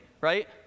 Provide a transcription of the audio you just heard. right